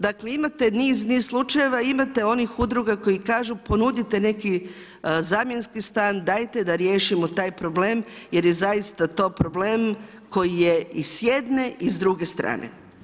Dakle imate niz, niz slučajeva, imate onih udruga koji kažu ponudite neki zamjenski stan, dajte da riješimo taj problem jer je zaista to problem koji je i s jedne i s druge strane.